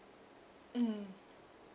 mm